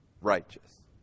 righteous